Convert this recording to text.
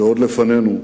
שעוד לפנינו,